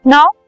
Now